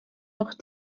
doch